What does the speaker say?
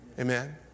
Amen